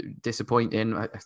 disappointing